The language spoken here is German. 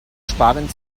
sparen